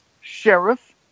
Sheriff